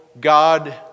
God